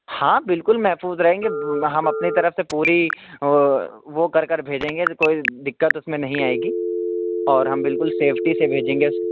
ہاں بالکل محفوظ رہیں گے ہم اپنی طرف سے پوری وہ کر کر بھیجیں گے کوئی دقت اس میں نہیں آئے گی اور ہم بالکل سیفٹی سے بھیجیں گے